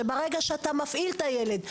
שברגע שאתה מפעיל את הילד,